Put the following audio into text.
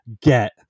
get